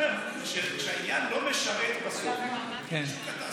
כשהעניין לא משרת את שוק התעסוקה,